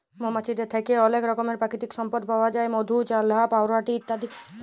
মমাছিদের থ্যাকে অলেক রকমের পাকিতিক সম্পদ পাউয়া যায় মধু, চাল্লাহ, পাউরুটি ইত্যাদি